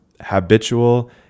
habitual